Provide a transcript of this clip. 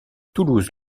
toulouse